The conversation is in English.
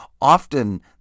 Often